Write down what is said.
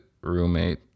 roommate